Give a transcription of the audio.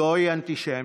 זוהי אנטישמיות,